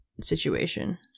situation